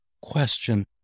question